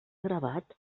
gravat